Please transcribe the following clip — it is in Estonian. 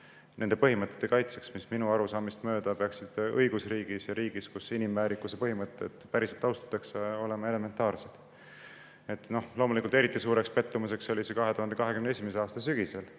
nende põhimõtete kaitseks, mis minu arusaamist mööda peaksid õigusriigis ja riigis, kus inimväärikuse põhimõtteid päriselt austatakse, olema elementaarsed. Loomulikult, eriti suurt pettumust [valmistas] see 2021. aasta sügisel,